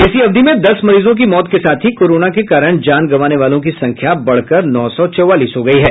इसी अवधि में दस मरीजों की मौत के साथ ही कोरोना के कारण जान गंवाने वालों की संख्या बढ़कर नौ सौ चौवालीस हो गयी है